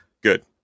good